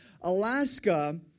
Alaska